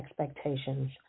expectations